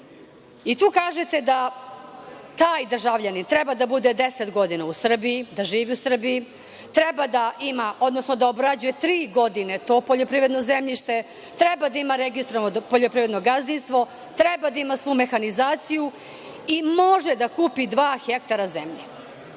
Tu kažete da taj državljanin treba da bude 10 godina u Srbiji, da živi u Srbiji, treba da ima, odnosno da obrađuje tri godine to poljoprivredno zemljište, treba da ima registrovano poljoprivredno gazdinstvo, treba da ima svu mehanizaciju i može da kupi dva hektara zemlje,